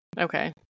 Okay